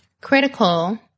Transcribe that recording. critical